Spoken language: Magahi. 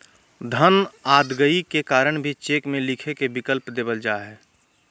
धन अदायगी के कारण भी चेक में लिखे के विकल्प देवल जा हइ